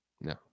No